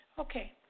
Okay